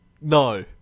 No